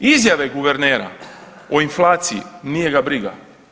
Izjave guvernera o inflaciji, nije ga briga.